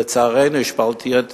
לצערנו, השפלתי את